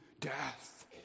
death